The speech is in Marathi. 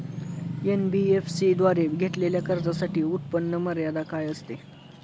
एन.बी.एफ.सी द्वारे घेतलेल्या कर्जासाठी उत्पन्न मर्यादा काय असते?